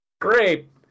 Great